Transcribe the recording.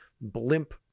blimp